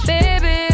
Baby